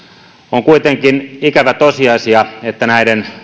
on kuitenkin ikävä tosiasia että näiden